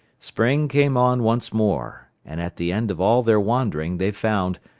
spring came on once more, and at the end of all their wandering they found,